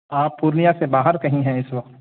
آپ پورنیا سے باہر کہیں ہیں اس وقت